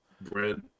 bread